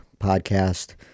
podcast